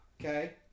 okay